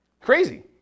Crazy